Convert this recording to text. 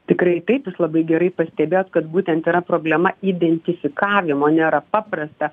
tikrai taip jūs labai gerai pastebėjot kad būtent yra problema identifikavimo nėra paprasta